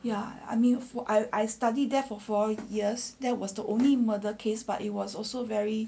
ya I mean I I study there for four years there was the only murder case but it was also very